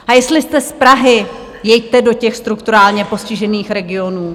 A jestli jste z Prahy, jeďte do těch strukturálně postižených regionů.